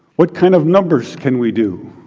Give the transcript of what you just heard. what kind of numbers can we do?